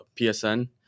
PSN